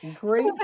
Great